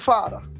Father